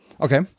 Okay